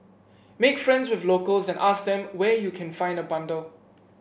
make friends with locals and ask them where you can find a bundle